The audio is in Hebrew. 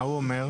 ומה הוא אומר?